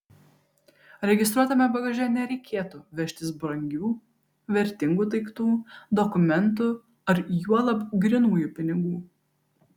registruotame bagaže nereikėtų vežtis brangių vertingų daiktų dokumentų ar juolab grynųjų pinigų